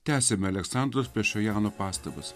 tęsiame aleksandros plešojano pastabas